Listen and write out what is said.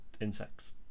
insects